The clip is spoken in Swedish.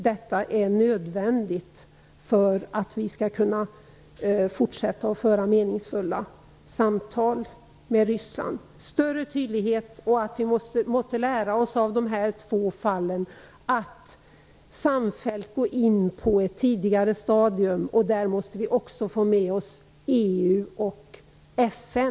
Detta är nödvändigt för att vi skall kunna fortsätta att föra meningsfulla samtal med Ryssland. Det krävs ökad tydlighet. Måtte vi lära oss av de här två fallen att samfällt gå in på ett tidigare stadium. Vi måste då också få med oss EU och FN.